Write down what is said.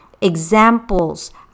examples